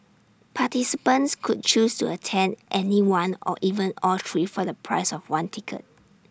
participants could choose to attend any one or even all three for the price of one ticket